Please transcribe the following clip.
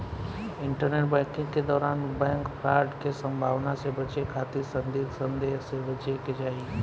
internet banking के दौरान bank fraud के संभावना से बचे खातिर संदिग्ध संदेश से बचे के चाही